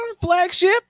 Flagship